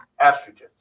estrogens